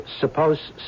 suppose